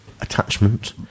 attachment